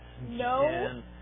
No